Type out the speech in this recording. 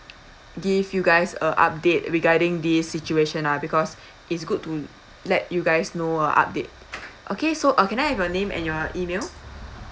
give you guys a update regarding this situation ah because it's good to let you guys know a update okay so uh can I have your name and your email